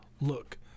look